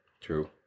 True